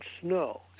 snow